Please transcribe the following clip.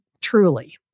Truly